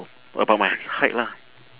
about my height lah